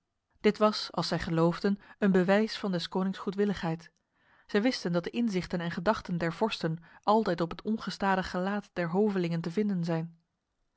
dit was als zij geloofden een bewijs van des konings goedwilligheid zij wisten dat de inzichten en gedachten der vorsten altijd op het ongestadig gelaat der hovelingen te vinden zijn